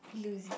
lose it